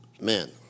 Man